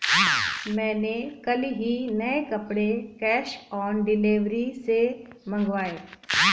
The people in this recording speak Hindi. मैंने कल ही नए कपड़े कैश ऑन डिलीवरी से मंगाए